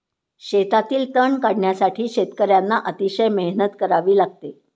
शेतातील तण काढण्यासाठी शेतकर्यांना अतिशय मेहनत करावी लागते